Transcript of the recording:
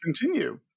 Continue